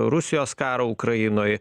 rusijos karą ukrainoj